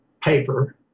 paper